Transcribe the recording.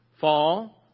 fall